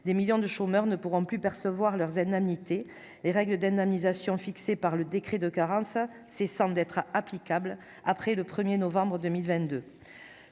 des millions de chômeurs ne pourront plus percevoir leurs indemnités, les règles d'indemnisation fixée par le décret de carence, c'est sans d'être applicable après le 1er novembre 2022